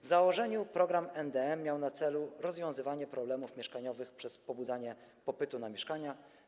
W założeniu program MdM miał na celu rozwiązywanie problemów mieszkaniowych przez pobudzanie popytu na mieszkania.